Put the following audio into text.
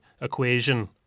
equation